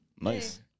nice